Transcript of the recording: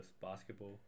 basketball